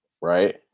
right